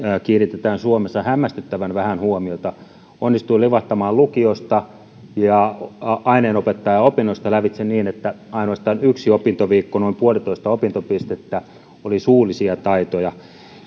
kiinnitetään suomessa hämmästyttävän vähän huomiota onnistuin livahtamaan lukiosta ja aineenopettajaopinnoista lävitse niin että ainoastaan yksi opintoviikko noin puolitoista opintopistettä oli suullisia taitoja